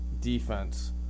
defense